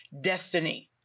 destiny